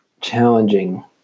challenging